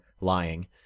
lying